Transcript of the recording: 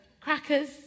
crackers